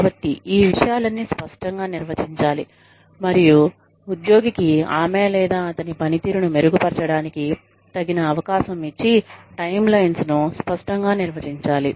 కాబట్టి ఈ విషయాలన్నీ స్పష్టంగా నిర్వచించాలి మరియు ఉద్యోగికి ఆమె లేదా అతని పనితీరును మెరుగుపర్చడానికి తగిన అవకాశం ఇచ్చి టైమ్ లైన్స్ ను స్పష్టంగా నిర్వచించాలి